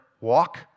walk